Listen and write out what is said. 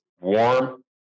warm